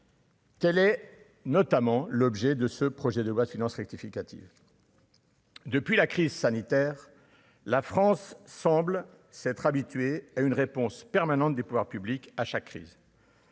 Telle est notamment l'objet de ce projet de loi finance rectificative depuis la crise sanitaire, la France semble s'être habitué à une réponse permanente des pouvoirs publics à chaque crise.